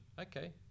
okay